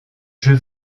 jeu